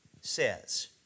says